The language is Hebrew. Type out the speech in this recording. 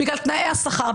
בגלל תנאי השכר,